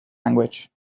language